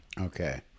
okay